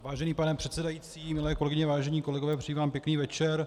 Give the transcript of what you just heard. Vážený pane předsedající, milé kolegyně, vážení kolegové, přeji vám pěkný večer.